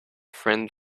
friend